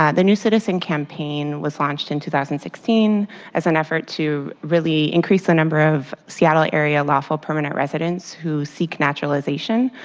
um the new citizen campaign was launched in two thousand and sixteen as an effort to really increase the number of seattle area lawful permanent residents who seek naturalization.